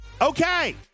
Okay